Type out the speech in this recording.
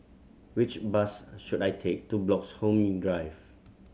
which bus should I take to Bloxhome Drive